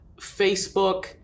Facebook